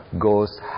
goes